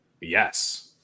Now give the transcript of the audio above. yes